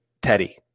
Teddy